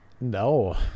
No